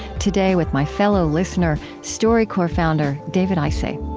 today with my fellow listener, storycorps founder david isay